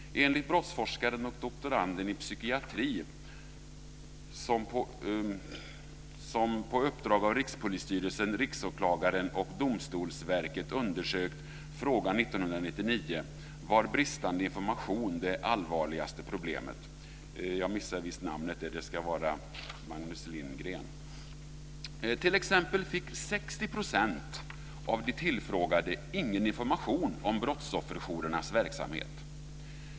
Magnus Lindgren, som på uppdrag av Rikspolisstyrelsen, Riksåklagaren och Domstolsverket undersökte frågan 1999, var bristande information det allvarligaste problemet. T.ex. fick 60 % av de tillfrågade ingen information om brottsofferjourernas verksamhet.